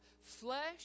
flesh